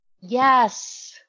Yes